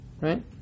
Right